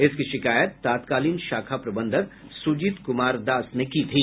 इसकी शिकायत तत्कालीन शाखा प्रबंधक सुजीत कुमार दास ने की थी